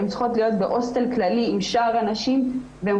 הן צריכות להיות בהוסטל כללי עם שאר הנשים והן